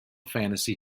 fantasy